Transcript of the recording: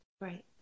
Right